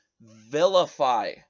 vilify